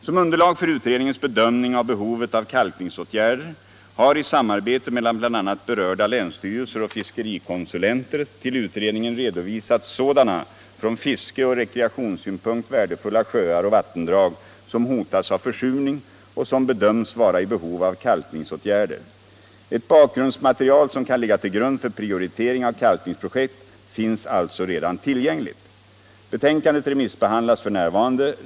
Som underlag för utredningens bedömning av behovet av kalkningsåtgärder har i samarbete mellan bl.a. berörda länsstyrelser och fiskerikonsulenter till utredningen redovisats sådana från fiskeoch rekreationssynpunkt värdefulla sjöar och vattendrag som hotas av försurning och som bedöms vara i behov av kalkningsåtgärder. Ett bakgrundsmaterial som kan ligga till grund för prioritering av kalkningsprojekt finns alltså redan tillgängligt. Betänkandet remissbehandlas f. n.